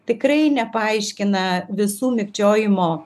tikrai nepaaiškina visų mikčiojimo